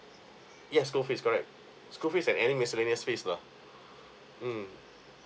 yes school fees correct school fees and any miscellaneous fees lah mm